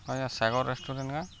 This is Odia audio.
ଆଜ୍ଞ ସାଗର୍ ରେଷ୍ଟୁରେଣ୍ଟ୍ କେଁ